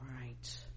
right